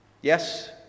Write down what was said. Yes